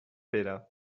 pere